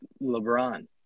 LeBron